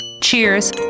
cheers